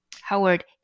Howard